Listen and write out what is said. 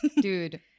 dude